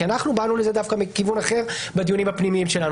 כי אנחנו באנו לזה דווקא מכיוון אחר בדיונים הפנימיים שלנו,